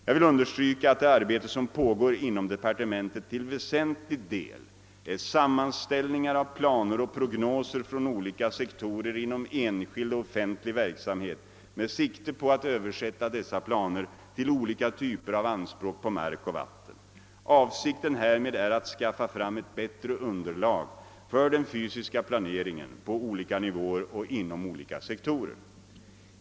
Jag vill understryka att det arbete som pågår inom departementet till väsentlig del är sammanställningar av planer och prognoser från olika sektorer inom enskild och offentlig verksamhet med sikte på att översätta dessa planer till olika typer av anspråk på mark och vatten. Avsikten härmed är att skaffa fram ett bättre underlag för den fysiska planeringen på olika nivåer och inom olika sektorer.